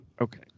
Okay